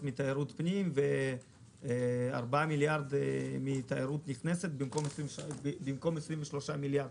מתיירות פנים ו-4 מיליארד מתיירות נכנסת במקום 23 מיליארד.